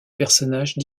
personnage